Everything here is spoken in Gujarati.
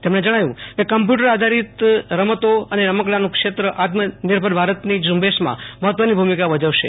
તેમણે જણાવ્યું કે કમ્પ્યુટરઆધારિત રમતો અને રમકડાનું ક્ષેત્ર આત્મનિર્ભર ભારતની ઝુંબેશમાં મહત્વની ભૂમિકાભજવશે